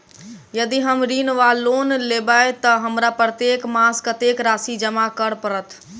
यदि हम ऋण वा लोन लेबै तऽ हमरा प्रत्येक मास कत्तेक राशि जमा करऽ पड़त?